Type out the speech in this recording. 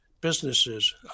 businesses